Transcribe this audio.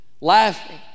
laughing